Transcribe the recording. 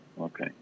Okay